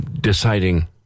deciding